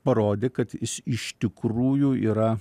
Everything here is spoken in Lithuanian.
parodė kad jis iš tikrųjų yra